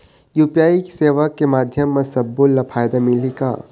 UPI सेवा के माध्यम म सब्बो ला फायदा मिलही का?